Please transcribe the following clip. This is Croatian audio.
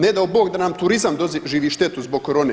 Ne dao bog da nam turizam doživi štetu zbog corone.